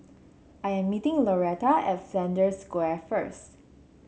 I am meeting Loretta at Flanders Square first